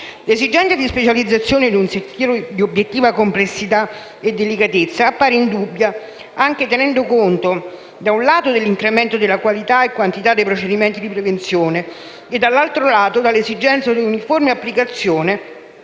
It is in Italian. L'esigenza di specializzazione in un settore di obiettiva complessità e delicatezza appare indubbia, anche tenendo conto, da un lato, dell'incremento della qualità e quantità dei procedimenti di prevenzione e, dall'altro lato, dell'esigenza di uniforme applicazione